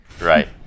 Right